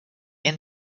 end